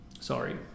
Sorry